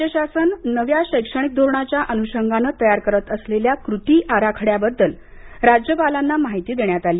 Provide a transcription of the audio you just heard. राज्य शासन नव्या शैक्षणिक धोरणाच्या अनुषंगाने तयार करत असलेल्या कृती आराखड्याबद्दल राज्यपालांना माहिती देण्यात आली